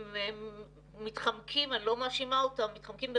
הם מתחמקים אני לא מאשימה אותם "מתחמקים"